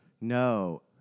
No